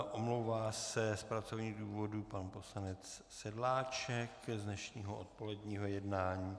Omlouvá se z pracovních důvodů pan poslanec Sedláček z dnešního odpoledního jednání.